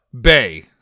Bay